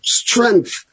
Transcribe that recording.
strength